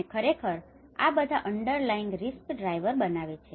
અને ખરેખર આ બધા અન્ડરલાયિંગ રિસ્ક ડ્રાઈવર બનાવે છે